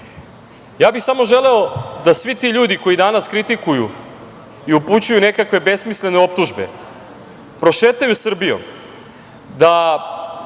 bih samo želeo da svi ti ljudi koji danas kritikuju i upućuju nekakve besmislene optužbe prošetaju Srbijom, da